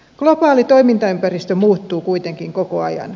globaali toimintaympäristö muuttuu kuitenkin koko ajan